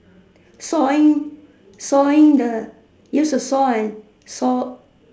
sawing sawing the use the saw and saw